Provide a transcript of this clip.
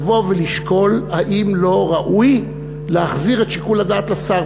לבוא ולשקול האם לא ראוי להחזיר את שיקול הדעת לשר.